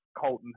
Colton